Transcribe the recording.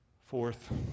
Fourth